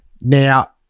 Now